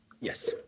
Yes